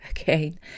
again